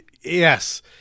Yes